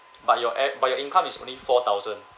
but your a~ but your income is only four thousand